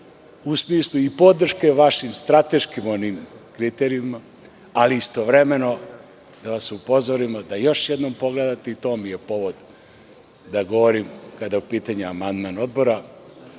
u smislu i podrške vašim strateškim kriterijuma, ali istovremeno da vas upozorimo da još jednom pogledate i to je bio povod da govorim, kada je u pitanju amandman Odbora,